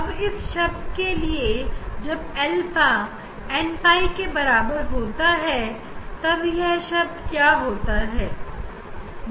और इस शब्द के लिए जब अल्फा n pi के बराबर होता है तब यह शब्द क्या होता है